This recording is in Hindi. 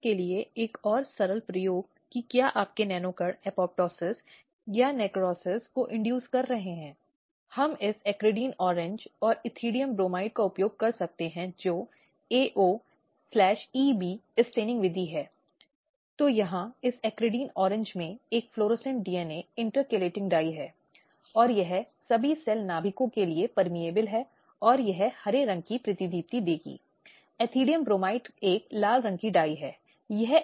यदि कोई आरोप है और आरोप अन्यथा स्थापित किया गया है तो उस व्यक्ति को उत्तरदायी ठहराया जाना चाहिए और अपराध के लिए जिम्मेदार है जिस अपराध को किया गया है